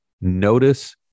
notice